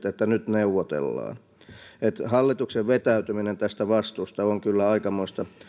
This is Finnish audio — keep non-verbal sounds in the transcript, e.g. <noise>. <unintelligible> että nyt neuvotellaan eli hallituksen vetäytyminen tästä vastuusta on kyllä aikamoista